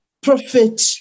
Prophet